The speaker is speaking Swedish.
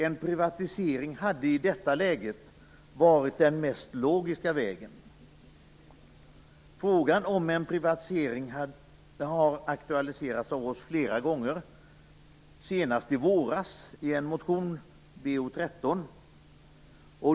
En privatisering hade i detta läge varit den mest logiska vägen. Frågan om en privatisering har aktualiserats av oss flera gånger, senast i våras i motion Bo13.